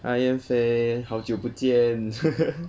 hi 燕飞好久不见